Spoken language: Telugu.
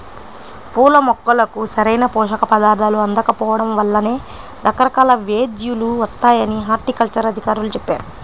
పూల మొక్కలకు సరైన పోషక పదార్థాలు అందకపోడం వల్లనే రకరకాల వ్యేదులు వత్తాయని హార్టికల్చర్ అధికారులు చెప్పారు